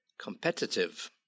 Competitive